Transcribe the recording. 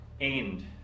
end